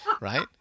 right